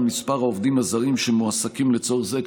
מספר העובדים הזרים שמועסקים לצורך זה,